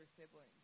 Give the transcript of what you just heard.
siblings